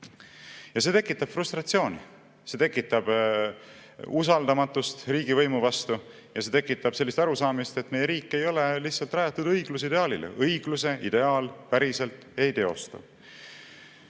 see tekitab frustratsiooni, see tekitab usaldamatust riigivõimu vastu ja see tekitab sellist arusaamist, et meie riik ei ole lihtsalt rajatud õigluse ideaalile. Õigluse ideaal päriselt ei